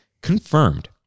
confirmed